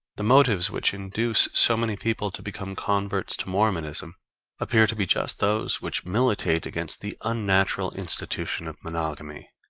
the motives which induce so many people to become converts to mormonism appear to be just those which militate against the unnatural institution of monogamy.